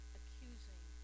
accusing